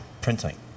printing